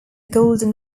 golden